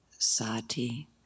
Sati